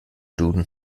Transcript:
duden